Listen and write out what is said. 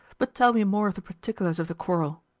but tell me more of the particulars of the quarrel.